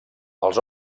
els